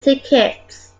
tickets